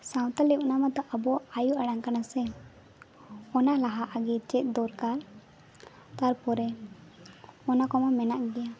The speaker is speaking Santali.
ᱥᱟᱱᱛᱟᱲᱤ ᱚᱱᱟ ᱢᱟᱛᱳ ᱟᱵᱚ ᱟᱭᱳ ᱟᱲᱟᱝ ᱠᱟᱱᱟ ᱥᱮ ᱚᱱᱟ ᱞᱟᱦᱟ ᱟᱜᱮ ᱪᱮᱫ ᱫᱚᱨᱠᱟᱨ ᱛᱟᱨᱯᱚᱨᱮ ᱚᱱᱟ ᱠᱚᱢᱟ ᱢᱮᱱᱟᱜ ᱜᱮ